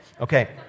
Okay